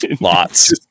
Lots